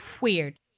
Weird